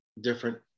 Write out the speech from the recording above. different